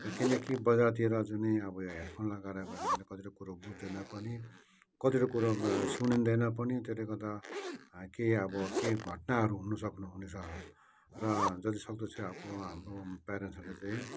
किनकि बजारतिर जुनै अब हेडफोन लगाएर गऱ्यो भने कतिवटा कुरो बुझ्दैन पनि कतिवटा कुरो सुनिँदैन पनि त्यसले गर्दा केही अब के घटनाहरू हुनु सक्नु हुनेछ र जति सक्दो चाहिँ अब हाम्रो पेरेन्ट्सहरूले चाहिँ